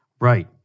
Right